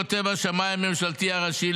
כותב השמאי הממשלתי הראשי,